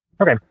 Okay